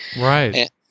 Right